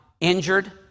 injured